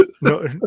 No